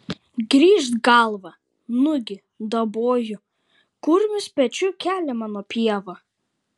grįžt galvą nugi daboju kurmis pečiu kelia mano pievą